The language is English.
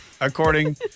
according